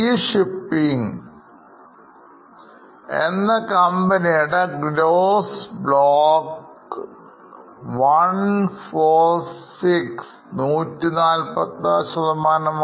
GE shipping gross block 146 ശതമാനമാണ്